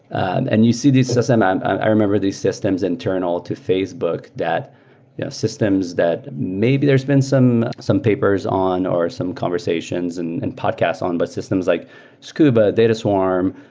and and you see these i remember these systems internal to facebook that yeah systems that maybe there's been some some papers on or some conversations and and podcasts on, but systems like scuba, data swarm,